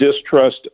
distrust